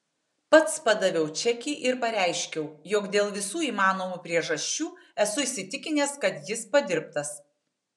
pats padaviau čekį ir pareiškiau jog dėl visų įmanomų priežasčių esu įsitikinęs kad jis padirbtas